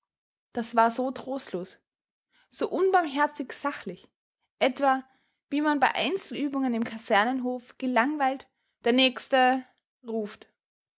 das war so trostlos so unbarmherzig sachlich etwa wie man bei einzelübungen im kasernenhof gelangweilt der nächste ruft